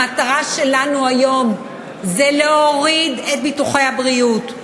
המטרה שלנו היום היא להוריד את ביטוחי הבריאות,